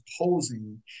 posing